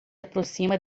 aproxima